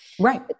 Right